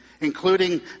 including